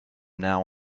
now